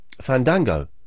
Fandango